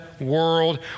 world